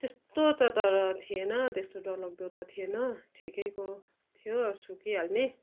त्यस्तो त तर थिएन त्यस्तो डरलाग्दो त थिएन ठिकैको थियो सुकिहाल्ने